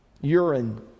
urine